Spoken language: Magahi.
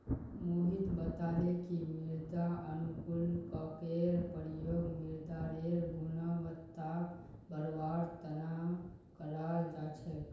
मोहित बताले कि मृदा अनुकूलककेर प्रयोग मृदारेर गुणवत्ताक बढ़वार तना कराल जा छेक